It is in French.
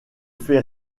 fait